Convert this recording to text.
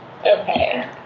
Okay